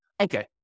Okay